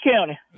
County